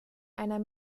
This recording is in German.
einer